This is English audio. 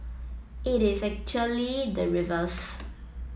it is actually the reverse